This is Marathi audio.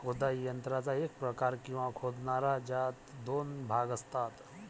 खोदाई यंत्राचा एक प्रकार, किंवा खोदणारा, ज्यात दोन भाग असतात